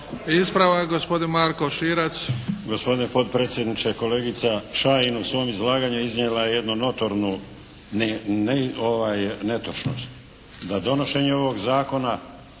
Ispravak gospodin Marko Širac.